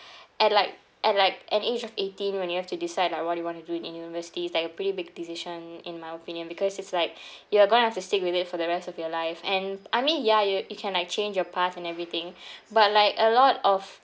at like at like an age of eighteen when you have to decide like what you want to do in universities like a pretty big decision in my opinion because it's like you're going to have to stick with it for the rest of your life and I mean ya you you can like change your path and everything but like a lot of